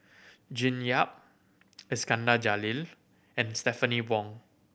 June Yap Iskandar Jalil and Stephanie Wong